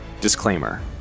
Disclaimer